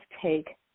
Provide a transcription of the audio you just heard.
take